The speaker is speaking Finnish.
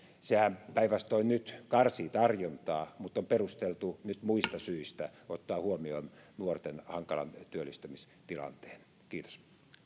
sehän päinvastoin nyt karsii tarjontaa mutta on perusteltu muista syistä ottaen huomioon nuorten hankalan työllistämistilanteen kiitos